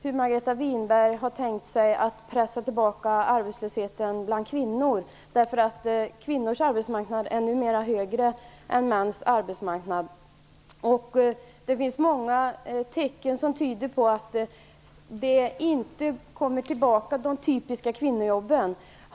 Hur har Margareta Winberg tänkt sig att pressa tillbaka arbetslösheten bland kvinnor? Kvinnornas arbetslöshet är numera större än männens. Det finns många tecken som tyder på att de typiska kvinnojobben inte kommer tillbaka.